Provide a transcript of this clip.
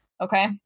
Okay